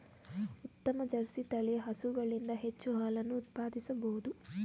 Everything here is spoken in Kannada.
ಉತ್ತಮ ಜರ್ಸಿ ತಳಿಯ ಹಸುಗಳಿಂದ ಹೆಚ್ಚು ಹಾಲನ್ನು ಉತ್ಪಾದಿಸಬೋದು